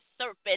serpent